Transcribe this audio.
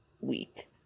week